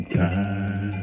time